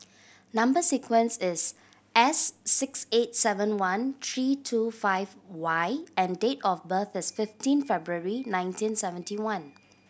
number sequence is S six eight seven one three two five Y and date of birth is fifteen February nineteen seventy one